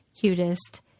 cutest